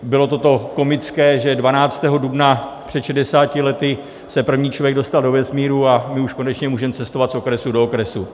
Bylo toto komické, že 12. dubna před 60 lety se první člověk dostal do vesmíru, a my už konečně můžeme cestovat z okresu do okresu.